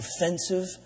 offensive